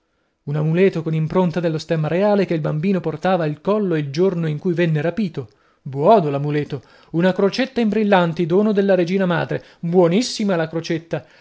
un amuleto con impronta dello stemma reale che il bambino portava al collo il giorno in cui venne rapito buono l'amuleto una crocetta in brillanti dono della regina madre buonissima la crocetta